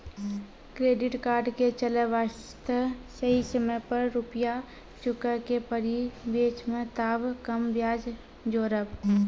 Credit card के चले वास्ते सही समय पर रुपिया चुके के पड़ी बेंच ने ताब कम ब्याज जोरब?